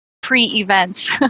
pre-events